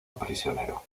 prisionero